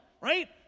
right